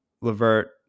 Levert